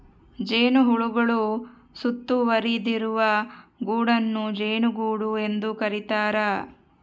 ಜೇನುಹುಳುಗಳು ಸುತ್ತುವರಿದಿರುವ ಗೂಡನ್ನು ಜೇನುಗೂಡು ಎಂದು ಕರೀತಾರ